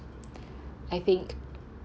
I think